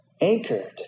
anchored